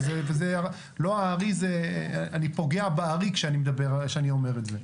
אני פוגע בארי כשאני אומר את זה.